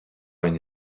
une